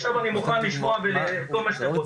עכשיו אני מוכן לשמוע את כל מה שאתם רוצים.